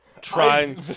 Trying